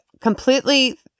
completely